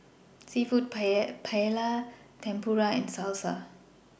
Seafood Paella Tempura and Salsa